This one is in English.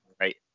Right